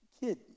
kid